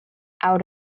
out